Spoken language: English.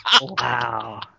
Wow